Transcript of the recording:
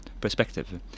perspective